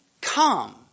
come